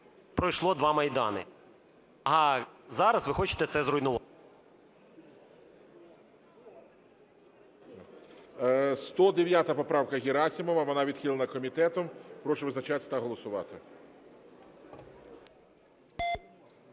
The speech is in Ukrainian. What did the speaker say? пройшло два майдани. А зараз ви хочете це… ГОЛОВУЮЧИЙ. 109 поправка Герасимова, вона відхилена комітетом. Прошу визначатись та голосувати.